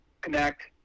connect